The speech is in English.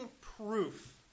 proof